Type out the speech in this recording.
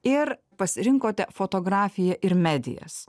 ir pasirinkote fotografiją ir medijas